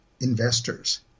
investors